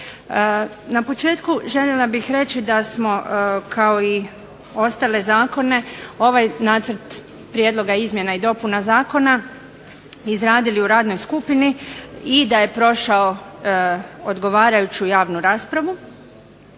Na početku željela bih reći da smo kao i ostale zakone ovaj nacrt prijedloga izmjena i dopuna zakona izradili u radnoj skupini i da je prošao odgovarajuću javnu raspravu